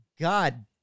god